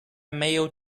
male